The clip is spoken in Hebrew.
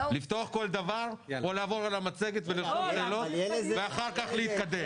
לפתוח כל דבר או לעבור על המצגת ולרשום שאלות ואחר כך להתקדם?